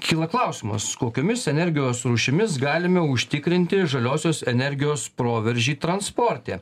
kyla klausimas kokiomis energijos rūšimis galime užtikrinti žaliosios energijos proveržį transporte